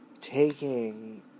taking